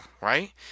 right